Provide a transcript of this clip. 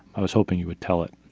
i was hoping you would tell it.